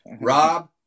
Rob